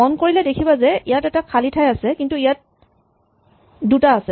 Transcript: মন কৰিলে দেখিবা ইয়াত এটা খালী ঠাই আছে কিন্তু ইয়াত দুটা আছে